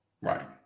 Right